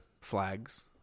flags